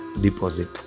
deposit